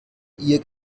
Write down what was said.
ihr